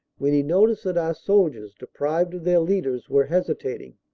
when he noticed that our soldiers, deprived of their leaders, were hesitating.